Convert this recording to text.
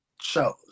shows